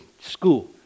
school